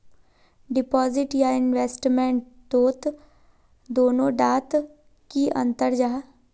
Deposit या investment तोत दोनों डात की अंतर जाहा?